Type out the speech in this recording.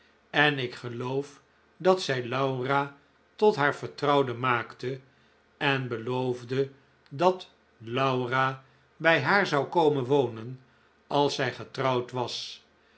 en ik geloof dat zij laura tot haar vertrouwde maakte en beloofde dat laura bij haar zou komen wonen als zij getrouwd was